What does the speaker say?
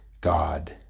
God